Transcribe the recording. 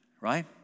right